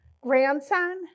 grandson